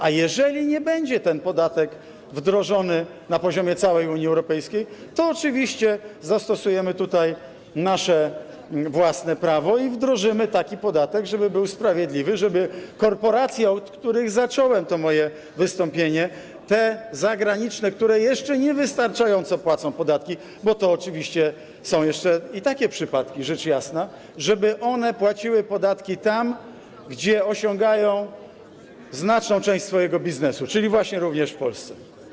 A jeżeli nie będzie ten podatek wdrożony na poziomie całej Unii Europejskiej, to oczywiście zastosujemy tutaj nasze własne prawo i wdrożymy taki podatek, żeby był sprawiedliwy, żeby korporacje, od których zacząłem to moje wystąpienie, te zagraniczne, które jeszcze niewystarczająco płacą podatki - bo oczywiście są jeszcze i takie przypadki, rzecz jasna - żeby one płaciły podatki tam, gdzie prowadzą znaczną część swojego biznesu, czyli właśnie również w Polsce.